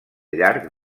llarg